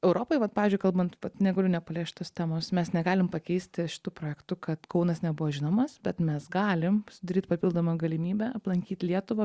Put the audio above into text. europoj vat pavyzdžiui kalbant vat negaliu nepaliest šitos temos mes negalim pakeisti šitų projektų kad kaunas nebuvo žinomas bet mes galim sudaryt papildomą galimybę aplankyt lietuvą